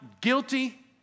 guilty